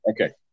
Okay